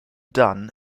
done